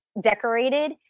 decorated